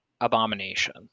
abomination